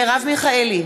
מרב מיכאלי,